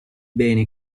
beni